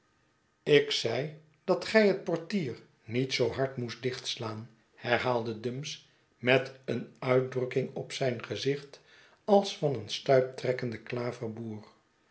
ik zei dat gij het portier niet zoo hard moest dichtslaan herhaalde dumps met een uitdrukking op zijn gezicht als van een stuiptrekkenden klaverboer